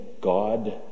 God